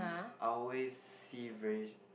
I always see very